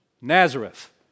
Nazareth